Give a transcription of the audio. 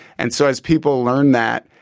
and so, as people learn that,